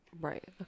Right